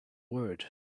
word